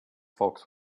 folks